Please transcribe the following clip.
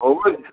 हुन्छ